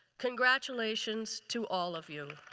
congratulations to all of you.